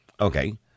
Okay